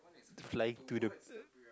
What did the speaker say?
fly to the